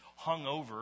hungover